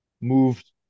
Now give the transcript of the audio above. moved